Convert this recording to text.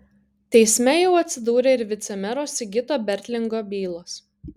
teisme jau atsidūrė ir vicemero sigito bertlingo bylos